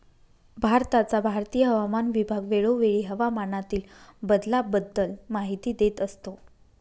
भारताचा भारतीय हवामान विभाग वेळोवेळी हवामानातील बदलाबद्दल माहिती देत असतो